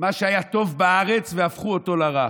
מה שהיה טוב בארץ והפכו אותו לרע.